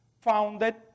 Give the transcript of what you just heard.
founded